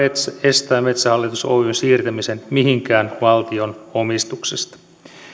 estää metsähallitus oyn siirtämisen mihinkään valtion omistuksesta